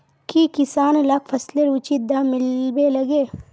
की किसान लाक फसलेर उचित दाम मिलबे लगे?